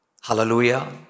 Hallelujah